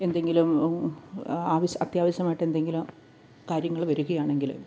എന്തെങ്കിലും ആവിശ്യ അത്യാവശ്യമായിട്ട് കാര്യങ്ങള് വരുകയാണെങ്കില്